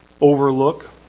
overlook